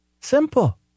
Simple